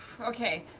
okay,